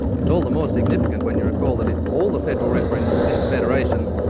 it's all the more significant when you recall that in all the federal referendum since federation,